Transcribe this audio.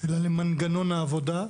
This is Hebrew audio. אלא למנגנון העבודה,